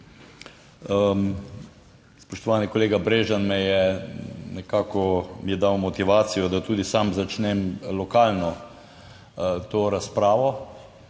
Spoštovani kolega Brežan me je nekako mi je dal motivacijo, da tudi sam začnem lokalno to razpravo.